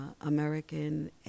American